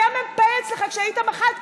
שהיה מ"פ אצלך כשהיית מח"ט.